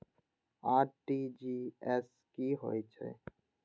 RTGS की होय छै